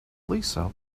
lisa